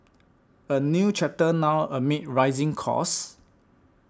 a new chapter now amid rising costs